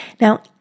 Now